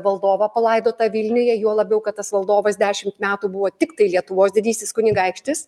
valdovą palaidotą vilniuje juo labiau kad tas valdovas dešimt metų buvo tiktai lietuvos didysis kunigaikštis